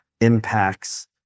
impacts